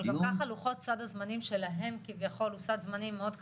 אבל גם ככה סד הזמנים שלהם כביכול הוא סד זמנים מאוד קצר,